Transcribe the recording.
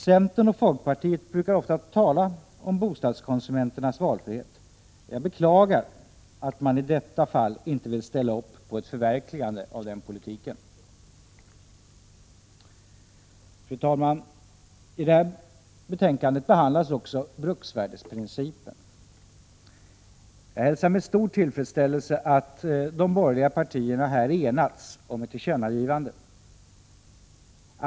Centern och folkpartiet brukar ofta tala om bostadskonsumenternas valfrihet. Jag beklagar att man i detta fall inte vill ställa upp på ett förverkligande av den politiken. Fru talman! I detta betänkande behandlas också bruksvärdesprincipen. Jag hälsar med stor tillfredsställelse att de borgerliga partierna här enats om ett tillkännagivande.